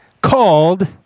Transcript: called